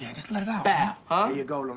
just let it out. there ah you go,